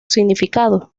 significado